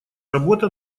работа